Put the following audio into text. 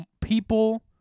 people